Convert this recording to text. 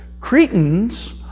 Cretans